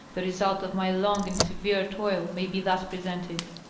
the results of my long and severe toil may be thus presented